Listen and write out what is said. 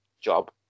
job